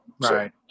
Right